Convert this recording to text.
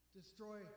destroy